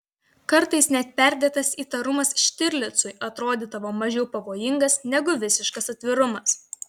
kartais net perdėtas įtarumas štirlicui atrodydavo mažiau pavojingas negu visiškas atvirumas